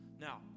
Now